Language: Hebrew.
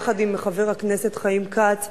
יחד עם חבר הכנסת חיים כץ.